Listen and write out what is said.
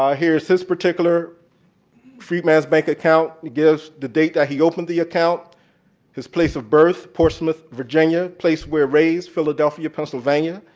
ah here's his particular freedman's bank account. it gives the date that he opened the account his place of birth, portsmuth, virginia place where raised, philadelphia, pennsylvania.